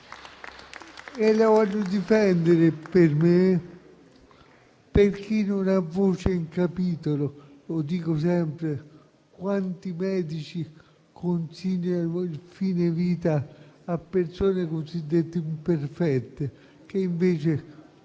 E la voglio difendere per me e per chi non ha voce in capitolo. Lo dico sempre: quanti medici consigliano il fine vita a persone cosiddette imperfette, che invece